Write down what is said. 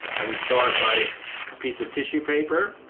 and we start by a piece of tissue paper,